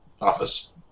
office